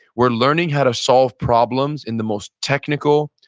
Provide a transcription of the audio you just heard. we're learning how to solve problems in the most technical,